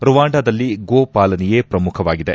ರುವಾಂಡಾದಲ್ಲಿ ಗೋ ಪಾಲನೆಯೇ ಪ್ರಮುಖವಾಗಿದೆ